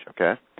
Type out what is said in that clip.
okay